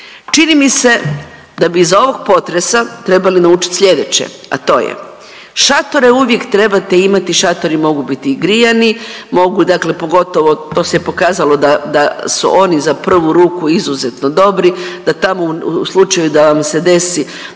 Čini mi se da bi iz ovog potresa trebali naučit sljedeće, a to je šatore uvijek trebate imati i šatori mogu biti i grijani, mogu dakle pogotovo to se je pokazalo da su oni za prvu ruku izuzetno dobri, da tamo u slučaju da vam se desi